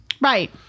right